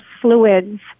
fluids